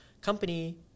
company